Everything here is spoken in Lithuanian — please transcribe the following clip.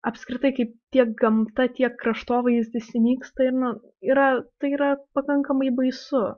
apskritai kaip tiek gamta tiek kraštovaizdis nyksta ir na yra tai yra pakankamai baisu